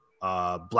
Black